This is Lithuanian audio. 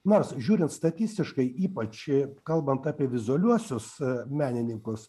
nors žiūrint statistiškai ypač kalbant apie vizualiuosius menininkus